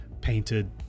painted